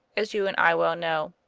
as you and i well know,